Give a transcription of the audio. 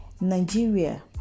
Nigeria